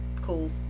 cool